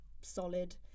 solid